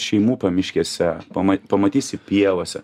šeimų pamiškėse pama pamatysi pievose